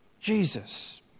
Jesus